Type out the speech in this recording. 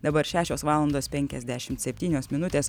dabar šešios valandos penkiasdešimt septynios minutės